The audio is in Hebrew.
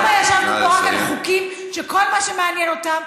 למה ישבנו פה רק על חוקים שכל מה שמעניין אותם,